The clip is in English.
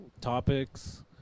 topics